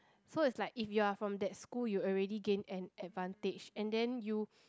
so it's like if you are from that school you already gain an advantage and then you